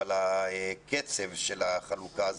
אבל הקצב של החלוקה,